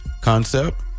Concept